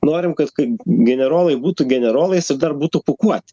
norim kad kai generolai būtų generolais ir dar būtų pūkuoti